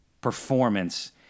performance